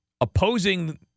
opposing